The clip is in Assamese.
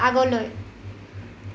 আগলৈ